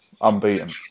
unbeaten